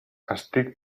estic